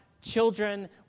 children